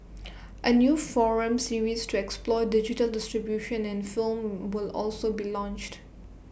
A new forum series to explore digital distribution in film will also be launched